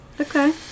Okay